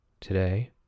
today